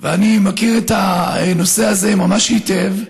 אני מכיר את הנושא הזה ממש היטב.